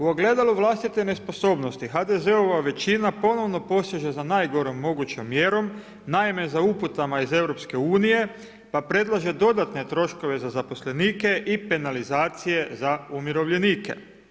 U ogledalu vlastite nesposobnosti, HDZ-ova većina ponovno poseže za najgorom mogućom mjerom, naime za uputama iz EU-a pa predlaže dodatne troškove za zaposlenike i penalizacije za umirovljenike.